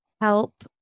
help